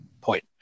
point